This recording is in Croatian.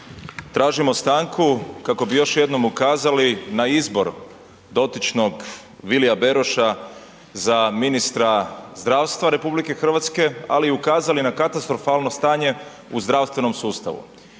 tražimo stanku kako bi još jednom ukazali na izbor dotičnog Vilija Beroša za ministra zdravstva RH, ali i ukazali na katastrofalno stanje u zdravstvenom sustavu.